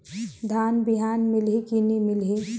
धान बिहान मिलही की नी मिलही?